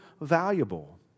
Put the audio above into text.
valuable